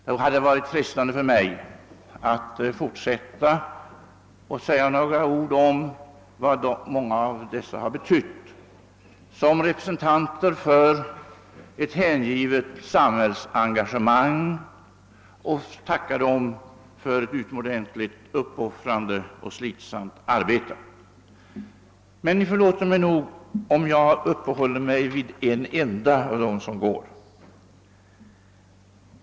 Det hade varit frestande för mig att fortsätta och säga några ord om vad många av dessa har betytt som representanter för ett hängivet samhällsengagemang och tacka dem för ett utomordentligt uppoffrande och slitsamt arbete. Men Ni förlåter mig nog om jag uppehåller mig vid en enda av dem som går.